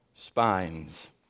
spines